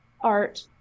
art